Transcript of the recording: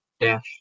dash